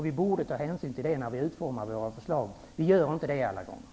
Vi borde ta hänsyn till det när vi utformar våra förslag. Vi gör inte det alla gånger.